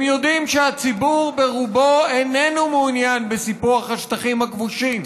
הם יודעים שהציבור ברובו איננו מעוניין בסיפוח השטחים הכבושים.